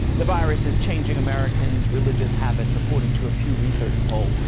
the virus is changing americans religious habits according to a pew research poll.